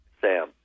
Sam